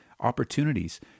opportunities